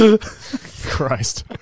Christ